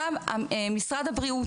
משרד הבריאות